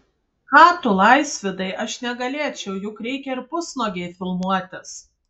ką tu laisvydai aš negalėčiau juk reikia ir pusnuogei filmuotis